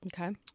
Okay